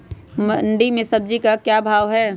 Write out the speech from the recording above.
मंडी में सब्जी का क्या भाव हैँ?